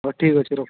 ଠିକ୍ ଅଛି ରଖୁଛି